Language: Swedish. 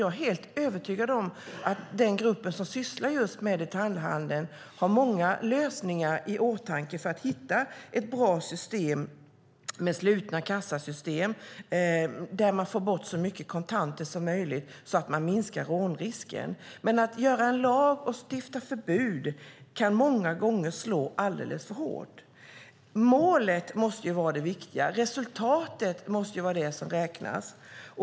Jag är helt övertygad om att den grupp som sysslar med just detaljhandeln har många lösningar i åtanke för att hitta ett bra system med slutna kassasystem där man får bort så mycket kontanter som möjligt så att man minskar rånrisken. Att stifta lag och utforma förbud kan många gånger slå alldeles för hårt. Målet måste ju vara det viktiga. Resultatet måste vara det som räknas.